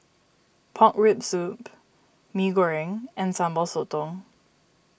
Pork Rib Soup Mee Goreng and Sambal Sotong